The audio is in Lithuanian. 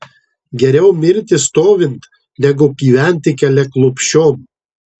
geriau mirti stovint negu gyventi keliaklupsčiom